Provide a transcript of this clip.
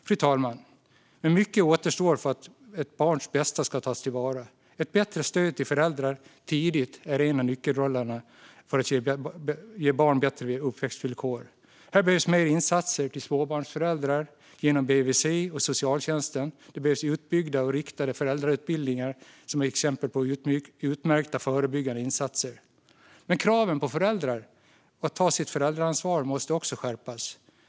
Fru talman! Men mycket återstår för att ett barns bästa ska tas till vara. Ett bättre stöd till föräldrar tidigt är en av nyckelrollerna för att ge barn bättre uppväxtvillkor. Här behövs mer insatser till småbarnsföräldrar genom BVC och socialtjänsten. Det behövs utbyggda och riktade föräldrautbildningar, vilket är exempel på utmärkta förebyggande insatser. Men kraven på föräldrar att ta sitt föräldraansvar måste också skärpas.